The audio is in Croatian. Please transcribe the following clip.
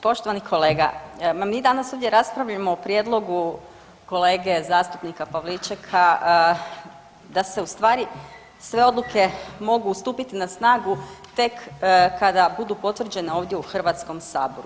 Poštovani kolega, ma danas ovdje raspravljamo o prijedlogu kolege zastupnika Pavličeka da se ustvari sve odluke mogu stupiti na snagu tek kada budu potvrđene ovdje u Hrvatskom saboru.